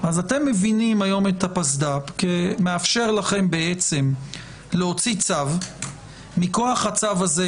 אז אתם מבינים היום את הפסד"פ כמאפשר לכם להוציא צו מכוח הצו הזה,